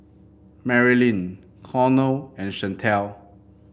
Marylin Cornel and Chantal